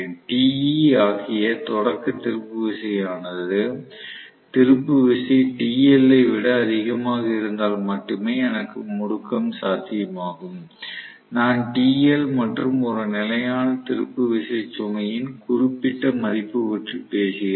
Te ஆகிய தொடக்க திருப்பு விசையானது திருப்பு விசை TL ஐ விட அதிகமாக இருந்தால் மட்டுமே எனக்கு முடுக்கம் சாத்தியமாகும் நான் TL என்னும் ஒரு நிலையான திருப்பு விசை சுமையின் குறிப்பிட்ட மதிப்பு பற்றி பேசுகிறேன்